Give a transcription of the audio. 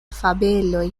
fabeloj